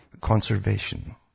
conservation